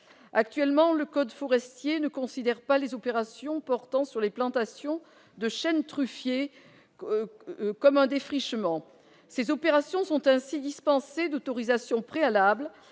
Actuellement, le code forestier ne considère pas les opérations portant sur les plantations de chênes truffiers comme un défrichement. Ces opérations sont ainsi dispensées d'autorisation préalable